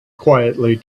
quietly